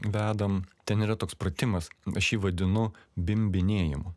vedam ten yra toks pratimas aš jį vadinu bimbinėjimu